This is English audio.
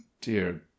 dear